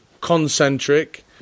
concentric